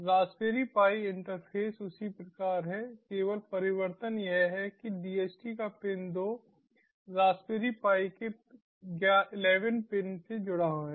Raspberry Pi interface उसी प्रकार है केवल परिवर्तन यह है कि DHT का पिन 2 रासबेरी पाई के 11 पिन से जुड़ा है